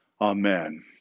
Amen